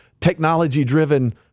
technology-driven